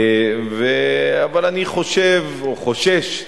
אבל אני חושב, או חושש,